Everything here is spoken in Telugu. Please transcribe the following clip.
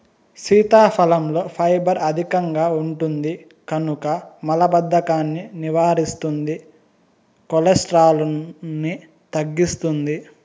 సీతాఫలంలో ఫైబర్ అధికంగా ఉంటుంది కనుక మలబద్ధకాన్ని నివారిస్తుంది, కొలెస్ట్రాల్ను తగ్గిస్తుంది